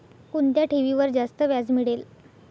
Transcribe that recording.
कोणत्या ठेवीवर जास्त व्याज मिळेल?